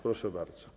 Proszę bardzo.